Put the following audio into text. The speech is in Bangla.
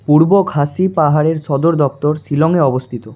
পূর্ব খাসি পাহাড়ের সদর দফতর শিলংয়ে অবস্থিত